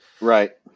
right